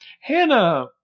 Hannah